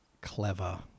clever